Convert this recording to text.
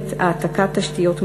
מחייבת העתקת תשתיות מתמדת,